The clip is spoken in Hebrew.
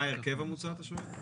מה ההרכב המוצע אתה שואל?